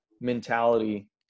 mentality